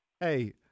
Hey